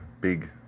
big